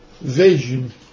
vision